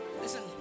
Listen